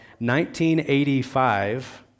1985